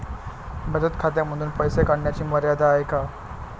बचत खात्यांमधून पैसे काढण्याची मर्यादा आहे का?